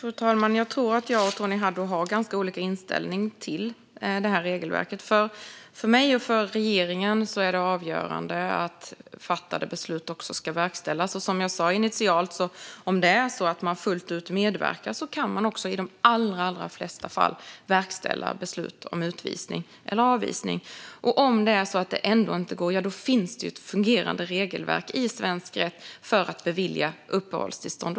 Fru talman! Jag tror att jag och Tony Haddou har ganska olika inställningar till detta regelverk. För mig och för regeringen är det avgörande att fattade beslut också ska verkställas. Som jag sa initialt är det så att om man fullt ut medverkar kan man också i de allra flesta fall verkställa beslut om utvisning eller avvisning. Och om det ändå inte går finns det ett fungerande regelverk i svensk rätt för att bevilja uppehållstillstånd.